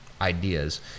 ideas